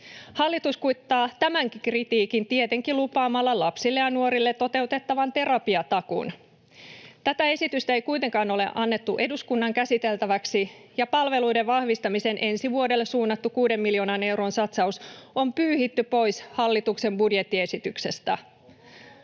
Hallitus kuittaa tämänkin kritiikin tietenkin lupaamalla lapsille ja nuorille toteutettavan terapiatakuun. Tätä esitystä ei kuitenkaan ole annettu eduskunnan käsiteltäväksi, ja palveluiden vahvistamiseen ensi vuodelle suunnattu kuuden miljoonan euron satsaus on pyyhitty pois hallituksen budjettiesityksestä.